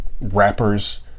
rappers